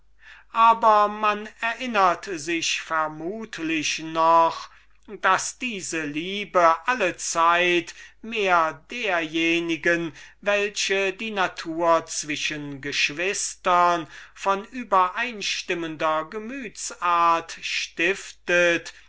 aber man erinnert sich noch daß ihre liebe so ausnehmend zärtlich sie auch gewesen war doch mehr der liebe welche die natur zwischen geschwistern von übereinstimmender gemüts-art stiftet